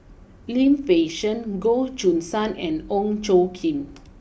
Lim Fei Shen Goh Choo San and Ong Tjoe Kim